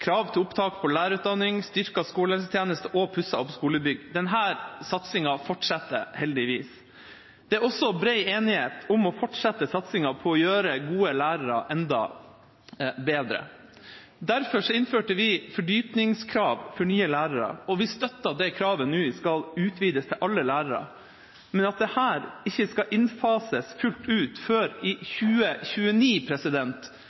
opp skolebygg. Denne satsinga fortsetter, heldigvis. Det er også bred enighet om å fortsette satsinga på å gjøre gode lærere enda bedre. Derfor innførte vi fordypningskrav for nye lærere, og vi støtter at det kravet nå skal utvides til alle lærere. Men at dette ikke skal innfases fullt ut før i 2029, oser ikke akkurat av handlekraft. Kunnskapsministeren sa i